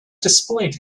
display